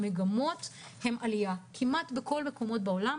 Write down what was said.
המגמות הן של עלייה כמעט בכל המקומות בעולם.